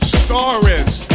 stories